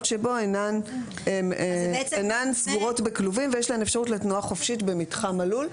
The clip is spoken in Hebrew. שבו אינן סגורות בכלובים ויש להן אפשרות לתנועה חופשית במתחם הלול.